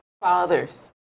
fathers